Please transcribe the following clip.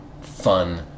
fun